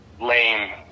lame